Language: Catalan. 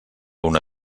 una